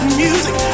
music